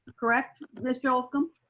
correct, mr. holcomb?